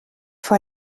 vor